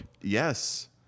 Yes